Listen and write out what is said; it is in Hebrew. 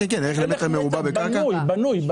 בנוי.